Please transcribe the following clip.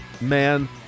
man